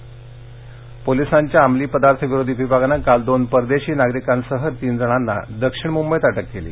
अमली पदार्थ पोलिसांच्या अमलीपदार्थ विरोधी विभागानं काल दोन परदेशी नागरिकांसह तीन जणांना काल दक्षिण मुंबईत अटक केली